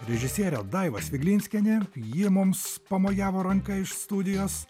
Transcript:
režisierė daiva sviglinskienė ji mums pamojavo ranka iš studijos